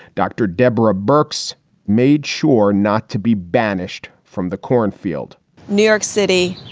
dr. deborah bourke's made sure not to be banished from the cornfield new york city,